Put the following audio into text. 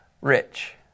Rich